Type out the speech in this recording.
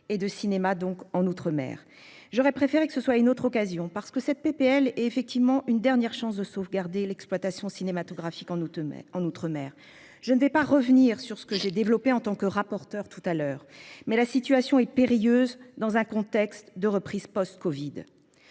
et de cinéma donc en outre-mer j'aurais préféré que ce soit une autre occasion parce que cette PPL effectivement une dernière chance de sauvegarder l'exploitation cinématographique en août mais en outre-mer je ne vais pas revenir sur ce que j'ai développé en tant que rapporteur tout à l'heure mais la situation est périlleuse dans un contexte de reprise post-Covid.